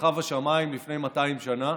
מרחב השמיים לפני 200 שנה,